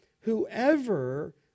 whoever